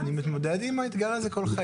אנחנו חלק ממוזיאון הטבע ע"ש שטיינהרדט,